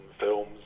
films